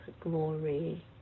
Glory